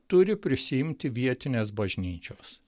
turi prisiimti vietinės bažnyčios